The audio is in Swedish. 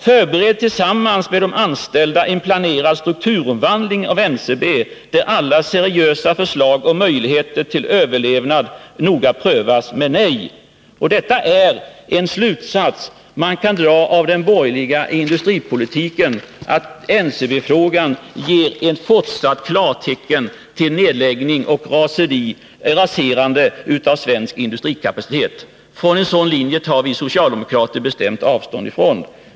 Förbered tillsammans med de anställda en planerad strukturomvandling av NCB, där alla seriösa förslag och möjligheter till överlevnad noga prövas — men nej! Detta är den slutsats man kan dra av den borgerliga industripolitiken: NCB-beslutet blir ett klartecken till fortsatt nedläggning och raserande av svensk industrikapacitet. En sådan linje tar vi socialdemokrater bestämt avstånd från.